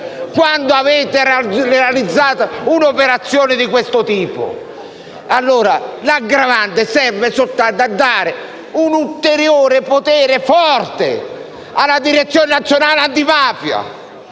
quando avrete realizzato un'operazione di questo tipo. L'aggravante serve soltanto a dare un ulteriore, forte potere alla Direzione nazionale antimafia